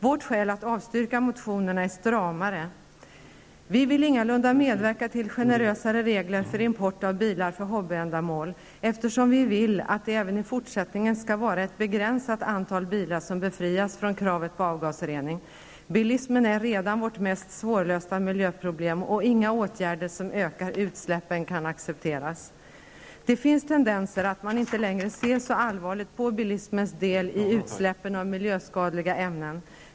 Vårt skäl för att avstyrka motionerna är stramare. Vi vill ingalunda medverka till generösare regler för import av bilar för hobbyändamål, eftersom vi vill att det även i fortsättningen skall vara ett begränsat antal bilar som befrias från kravet på avgasrening. Bilismen är redan vårt mest svårlösta miljöproblem och inga åtgärder som ökar utsläppen kan accepteras. Det finns tendenser till att man inte längre ser så allvarligt på bilismens del i utsläppen av miljöskadliga ämnen.